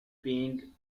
being